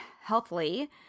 healthily